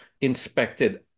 inspected